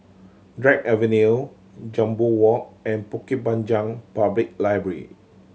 Drake Avenue Jambol Walk and Bukit Panjang Public Library